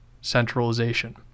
centralization